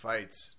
Fights